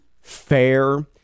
fair